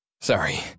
Sorry